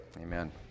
amen